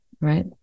right